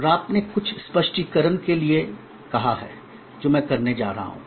और आप ने कुछ स्पष्टीकरण के लिए कहा है जो मैं करने जा रहा हूं